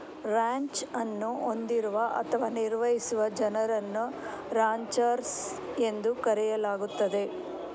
ranch ಅನ್ನು ಹೊಂದಿರುವ ಅಥವಾ ನಿರ್ವಹಿಸುವ ಜನರನ್ನು ರಾಂಚರ್ಸ್ ಎಂದು ಕರೆಯಲಾಗುತ್ತದೆ